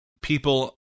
people